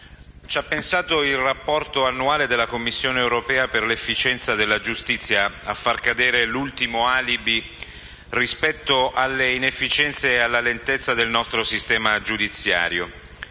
ci ha pensato il rapporto annuale della Commissione europea per l'efficienza della giustizia a far cadere l'ultimo alibi rispetto alle inefficienze e alla lentezza del nostro sistema giudiziario.